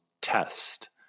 test